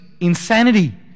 insanity